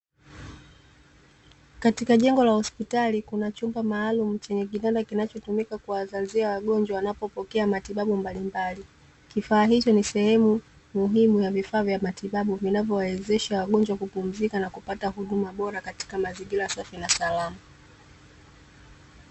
Katika jengo la hospitali kuna chumba maalumu chenye kitanda, kinachotumika kuwalazia wagonjwa wanapopokea matibabu mbalimbali, kifaa hicho ni sehemu muhimu ya vifaa vya matibabu, vinavyowawezesha wagonjwa kupumzika na kupata huduma bora katika mazingira safi na salama.